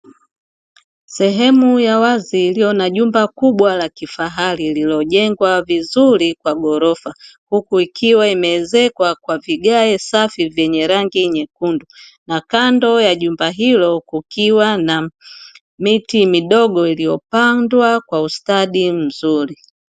Sehemu ya wazi iliyo na jumba kubwa la kifahari, lililojengwa vizuri kwa ghorofa huku ikiwa imeezekwa kwa vigae safi, vyenye rangi nyekundu na kando ya jumba hilo kukiwa na miti midogo iliyopandwa kwa ustadi mzuri.